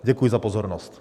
Děkuji za pozornost.